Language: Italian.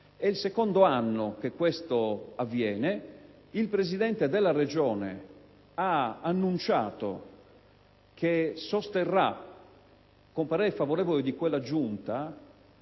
È il secondo anno che questo avviene. Il presidente della Regione ha annunciato che sosterrà, con il parere favorevole di quella Giunta,